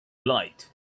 light